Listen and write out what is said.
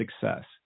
success